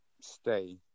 stay